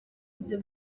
ibyo